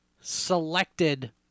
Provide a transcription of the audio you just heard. selected